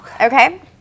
Okay